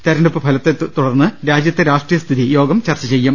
തെരഞ്ഞെടുപ്പ് ഫലത്തെ തുടർന്ന് രാജ്യത്തെ രാഷ്ട്രീയസ്ഥിതി യോഗം ചർച്ച ചെയ്യും